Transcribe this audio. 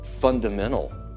fundamental